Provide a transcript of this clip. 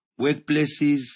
workplaces